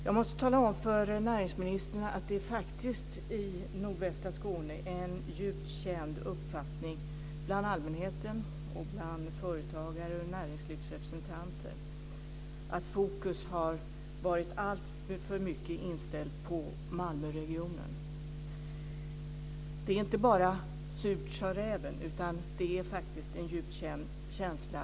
Jag måste tala om för näringsministern att det i nordvästra Skåne bland allmänheten, företagare och näringslivsrepresentanter faktiskt är en djupt känd uppfattning att fokus alltför mycket varit inställt på Malmöregionen. Det är inte bara detta med surt sa räven, utan det är faktiskt en djup känsla.